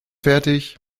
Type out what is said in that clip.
fertig